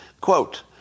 Quote